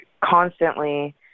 constantly